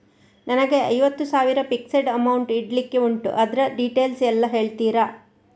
ನನಗೆ ಐವತ್ತು ಸಾವಿರ ಫಿಕ್ಸೆಡ್ ಅಮೌಂಟ್ ಇಡ್ಲಿಕ್ಕೆ ಉಂಟು ಅದ್ರ ಡೀಟೇಲ್ಸ್ ಎಲ್ಲಾ ಹೇಳ್ತೀರಾ?